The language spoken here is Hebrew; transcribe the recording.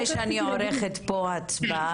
שאני עורכת פה הצבעה?